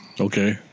Okay